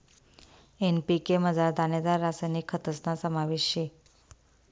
NPK मझार दानेदार रासायनिक खतस्ना समावेश शे